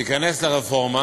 תיכנס לרפורמה,